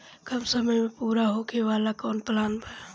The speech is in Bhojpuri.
कम समय में पूरा होखे वाला कवन प्लान बा?